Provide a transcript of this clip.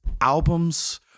albums